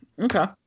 Okay